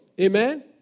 Amen